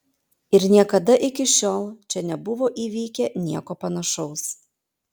ir niekada iki šiol čia nebuvo įvykę nieko panašaus